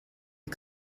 you